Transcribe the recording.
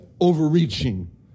overreaching